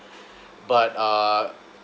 but uh